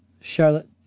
Charlotte